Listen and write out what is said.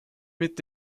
mit